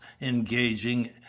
engaging